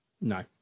No